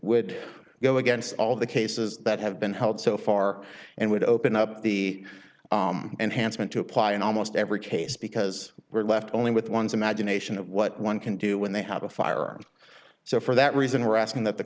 would go against all the cases that have been held so far and would open up the enhancement to apply in almost every case because we're left only with one's imagination of what one can do when they have a firearm so for that reason we're asking th